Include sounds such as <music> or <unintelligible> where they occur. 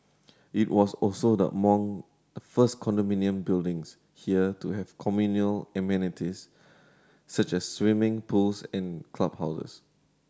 it was also among the first condominium buildings here to have <unintelligible> amenities such as swimming pools and clubhouses